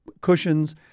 cushions